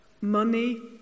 Money